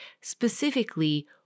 specifically